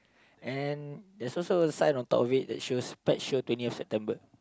and there's also a sign on top of it that shows pet show twentieth September